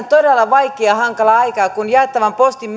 todella vaikeaa ja hankalaa aikaa kun jaettavan postin